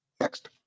Next